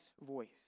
voice